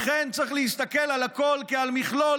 לכן צריך להסתכל על הכול כעל מכלול